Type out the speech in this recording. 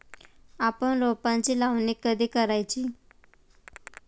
आपण रोपांची लावणी कधी करायची?